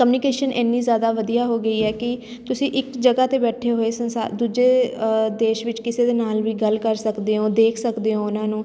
communication ਇੰਨੀ ਜ਼ਿਆਦਾ ਵਧੀਆ ਹੋ ਗਈ ਹੈ ਕਿ ਤੁਸੀਂ ਇੱਕ ਜਗ੍ਹਾ 'ਤੇ ਬੈਠੇ ਹੋਏ ਸੰਸਾਰ ਦੂਜੇ ਦੇਸ਼ ਵਿੱਚ ਕਿਸੇ ਦੇ ਨਾਲ ਵੀ ਗੱਲ ਕਰ ਸਕਦੇ ਹੋ ਦੇਖ ਸਕਦੇ ਹੋ ਉਹਨਾਂ ਨੂੰ